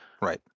Right